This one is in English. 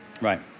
right